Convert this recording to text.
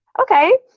Okay